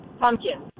Pumpkin